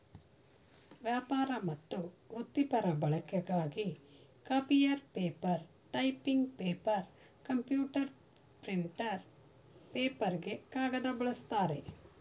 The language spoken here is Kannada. ವ್ಯಾಪಾರ ಮತ್ತು ವೃತ್ತಿಪರ ಬಳಕೆಗಾಗಿ copier paper typing paper computer printer ಪೇಪರ್ಗೆ ಕಾಗದ ಬಳಸ್ತಾರೆ